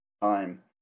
time